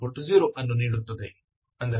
ಅಂದರೆ c1 ಅನಿಯಂತ್ರಿತವಾಗಿದೆ